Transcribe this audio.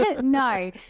no